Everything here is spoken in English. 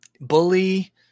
bully